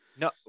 No